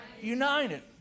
United